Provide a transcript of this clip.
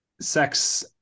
sex